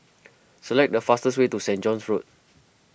select the fastest way to Saint John's Road